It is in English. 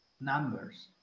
numbers